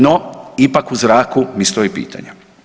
No ipak u zraku mi stoji pitanje.